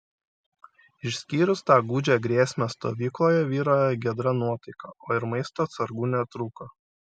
išskyrus tą gūdžią grėsmę stovykloje vyravo giedra nuotaika o ir maisto atsargų netrūko